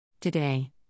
Today